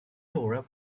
torah